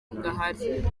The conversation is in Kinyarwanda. gahari